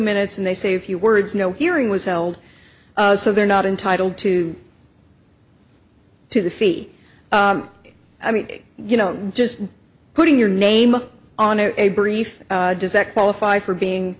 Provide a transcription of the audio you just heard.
minutes and they say a few words no hearing was held so they're not entitled to to the fee i mean you know just putting your name on a brief does that qualify for being